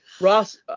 Ross